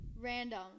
random